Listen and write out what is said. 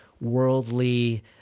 worldly